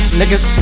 niggas